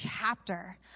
chapter